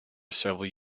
several